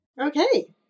Okay